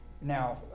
Now